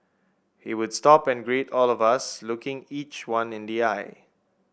he would stop and greet all of us looking each one in the eye